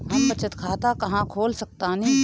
हम बचत खाता कहां खोल सकतानी?